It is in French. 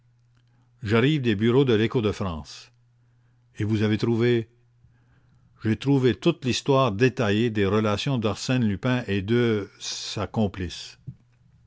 et vous avez trouvé j'ai trouvé toute l'histoire détaillée des relations d'arsène lupin et de son complice